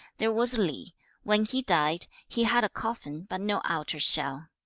there was li when he died, he had a coffin but no outer shell.